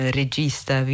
regista